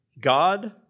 God